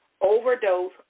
overdose